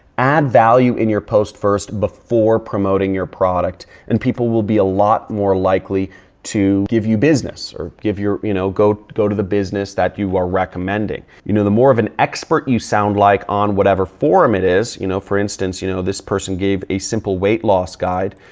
add value in your post first before promoting your product and people will be a lot more likely to give you business or give your. you know, go go to the business that you are recommending. you know, the more of an expert you sound like on whatever forum it is, you know, for instance you know this person gave a simple weight loss guide,